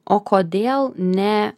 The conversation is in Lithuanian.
o kodėl ne